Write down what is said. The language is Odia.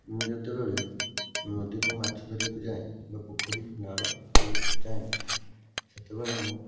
ମୁଁ ଯେତେବେଳେ ନଦୀକୁ ମାଛ ଧରିବାକୁ ଯାଏ ବା ପୋଖରୀ ନାଳକୁ ଯାଏ ସେତେବେଳେ ମୁଁ